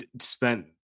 spent